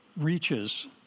reaches